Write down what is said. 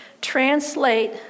translate